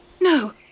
No